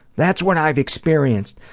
that's what i've experienced!